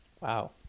Wow